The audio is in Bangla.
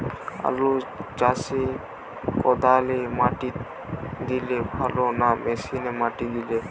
আলু চাষে কদালে মাটি দিলে ভালো না মেশিনে মাটি দিলে?